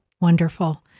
Wonderful